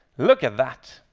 look at that.